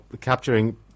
capturing